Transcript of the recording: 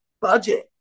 budget